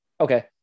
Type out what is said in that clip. okay